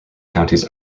counties